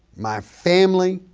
my family,